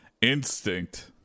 instinct